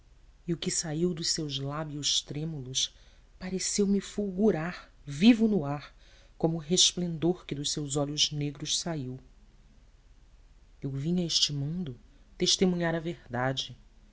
terra e o que saiu dos seus lábios trêmulos pareceu-me fulgurar vivo no ar como o resplendor que dos seus olhos negros saiu eu vim a este mundo testemunhar a verdade